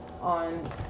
on